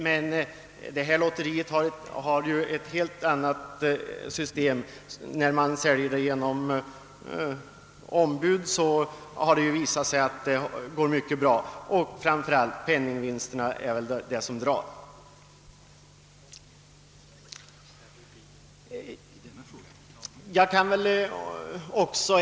Men detta lotteri skulle ju bygga på ett helt annat system. Lotterna skulle säljas genom ombud, och det har ju visat sig gå mycket bra. Och framför allt skulle de höga penningvinsterna dra.